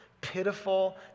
pitiful